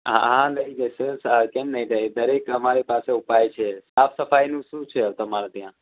હા હા થઇ જશે કેમ નહીં થાય દરેક અમારી પાસે ઉપાય છે સાફ સફાઈનું શું છે તમારે ત્યાં